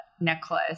necklace